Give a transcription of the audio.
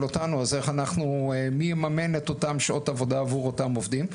אותנו מי יממן את אותן שעות עבודה עבור אותם עובדים.